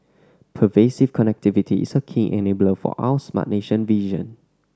pervasive connectivity is a key enabler for our smart nation vision